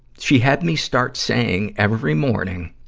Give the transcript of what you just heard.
she had me start saying, every morning